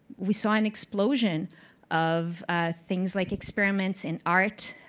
we saw an explosion of things like experiments in art,